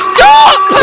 Stop